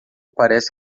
parece